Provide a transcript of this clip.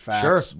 Sure